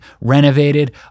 renovated